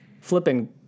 flipping